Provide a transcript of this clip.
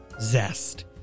zest